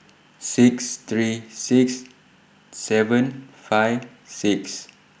six three six seven five six